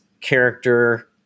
character